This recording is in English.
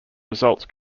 results